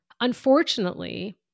unfortunately